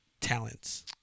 talents